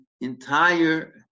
entire